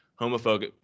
homophobic